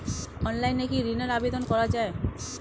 অনলাইনে কি ঋনের আবেদন করা যায়?